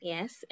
Yes